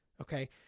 okay